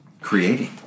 creating